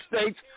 states